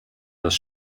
das